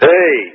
Hey